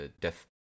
death